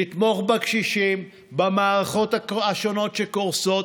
לתמוך בקשישים, במערכות השונות שקורסות.